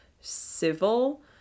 civil